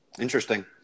Interesting